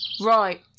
Right